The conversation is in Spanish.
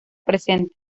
presente